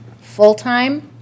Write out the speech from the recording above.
full-time